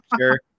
Sure